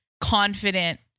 confident